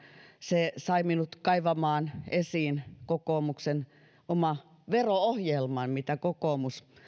se sai minut kaivamaan esiin kokoomuksen oman vero ohjelman mitä kokoomus